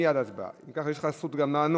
מייד הצבעה, כי כך יש לך זכות גם לענות.